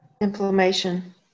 Inflammation